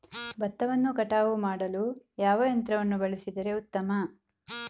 ಭತ್ತವನ್ನು ಕಟಾವು ಮಾಡಲು ಯಾವ ಯಂತ್ರವನ್ನು ಬಳಸಿದರೆ ಉತ್ತಮ?